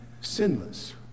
sinless